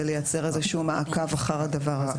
וזאת כדי לייצר איזשהו מעקב אחר הדבר הזה.